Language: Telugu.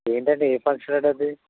ఏంటండీ ఏ ఫంక్షనండీ అది